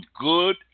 good